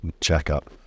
checkup